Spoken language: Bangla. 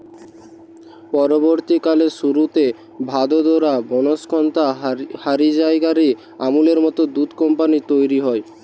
পরবর্তীকালে সুরতে, ভাদোদরা, বনস্কন্থা হারি জায়গা রে আমূলের মত দুধ কম্পানী তইরি হয়